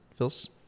Phils